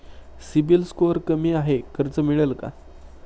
CIBIL score कमी आहे कर्ज मिळेल का?